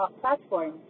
platform